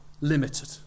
limited